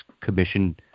commission